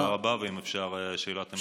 תודה רבה, ואם אפשר, שאלת המשך.